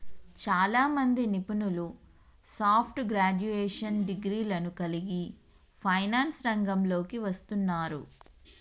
చాలామంది నిపుణులు soft graduation డిగ్రీలను కలిగి ఫైనాన్స్ రంగంలోకి వస్తున్నారు